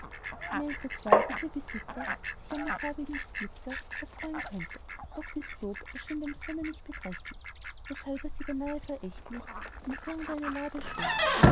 sie meinte zwar daß ihr besitzer sich an dem farbigen geglitzer erfreuen könnte doch dies lob erschien dem sohne nicht beträchtlich weshalb er sie beinah verächtlich in irdgendeine lade schob